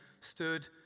stood